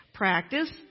Practice